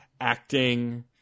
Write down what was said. acting –